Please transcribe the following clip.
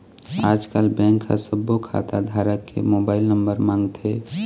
आजकल बेंक ह सब्बो खाता धारक के मोबाईल नंबर मांगथे